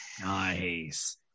Nice